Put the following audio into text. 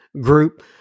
group